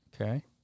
Okay